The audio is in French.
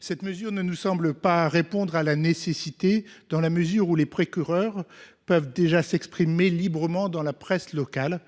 Cette mesure nous semble ne répondre à aucune nécessité dans la mesure où les procureurs peuvent déjà s’exprimer librement dans la presse locale,